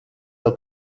del